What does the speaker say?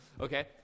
Okay